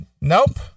Nope